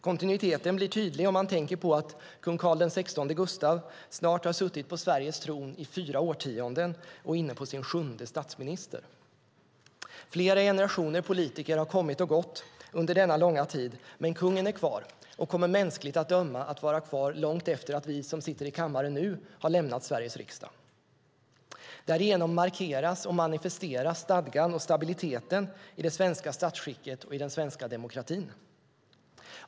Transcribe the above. Kontinuiteten blir tydlig om man tänker på att kung Carl XVI Gustaf snart har suttit på Sveriges tron i fyra årtionden och är inne på sin sjunde statsminister. Flera generationer politiker har kommit och gått under denna långa tid, men kungen är kvar och kommer mänskligt att döma att vara kvar långt efter det att vi som sitter i kammaren nu har lämnat Sveriges riksdag. Därigenom markeras och manifesteras stadgan och stabiliteten i det svenska statsskicket och den svenska demokratin.